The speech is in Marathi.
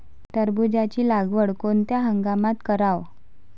टरबूजाची लागवड कोनत्या हंगामात कराव?